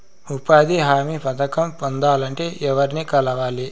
ఉపాధి హామీ పథకం పొందాలంటే ఎవర్ని కలవాలి?